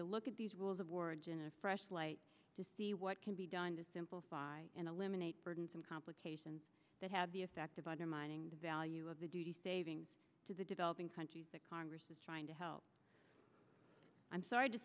to look at these rules of words in a fresh light to see what can be done to simplify and eliminate burdensome complications that have the effect of undermining the value of the duty savings to the developing countries that congress is trying to help i'm sorry to